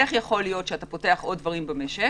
איך יכול להיות שאתה פותח עוד דברים במשק